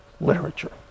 literature